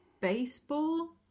baseball